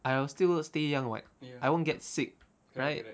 I will still stay young [what] I won't get sick right